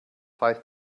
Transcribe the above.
five